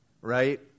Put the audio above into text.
right